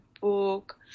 book